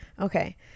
Okay